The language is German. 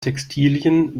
textilien